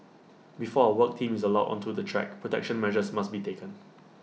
before A work team is allowed onto the track protection measures must be taken